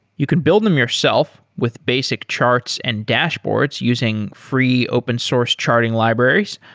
you can build them yourself with basic charts and dashboards using free open source charting libraries,